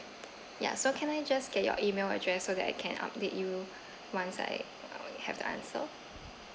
ya so can I just get your email address so that I can update you once I uh have the answer